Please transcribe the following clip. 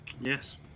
Yes